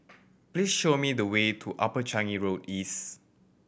please show me the way to Upper Changi Road East